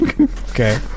Okay